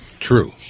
true